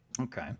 Okay